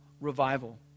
revival